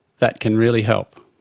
that can really help.